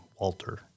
Walter